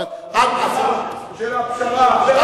לא של המוסר, של הפשרה.